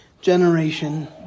generation